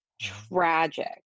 tragic